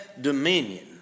dominion